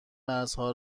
مرزها